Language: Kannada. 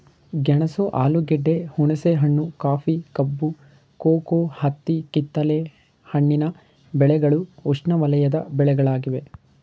ಗೆಣಸು ಆಲೂಗೆಡ್ಡೆ, ಹುಣಸೆಹಣ್ಣು, ಕಾಫಿ, ಕಬ್ಬು, ಕೋಕೋ, ಹತ್ತಿ ಕಿತ್ತಲೆ ಹಣ್ಣಿನ ಬೆಳೆಗಳು ಉಷ್ಣವಲಯದ ಬೆಳೆಗಳಾಗಿವೆ